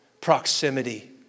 proximity